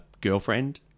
girlfriend